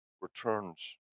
returns